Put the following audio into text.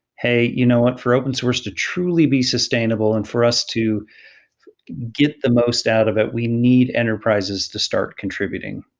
hey. you know what? for open source to truly be sustainable and for us to get the most out of it, we need enterprises to start contributing.